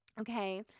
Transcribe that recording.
Okay